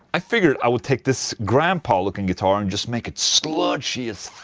i figured i would take this grandpa looking guitar and just make it sludgy as